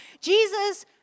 Jesus